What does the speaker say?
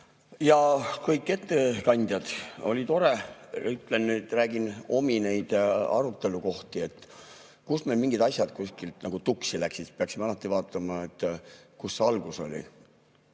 Ja kõik ettekandjad! Oli tore. Räägin nüüd omi neid arutelukohti, kus meil mingid asjad kuskilt nagu tuksi läksid. Me peaksime alati vaatama, kus see algus oli.